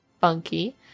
funky